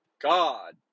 God